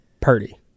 Purdy